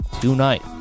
tonight